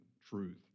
truth